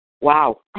wow